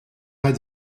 pas